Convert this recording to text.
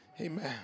Amen